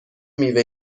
میوه